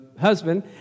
husband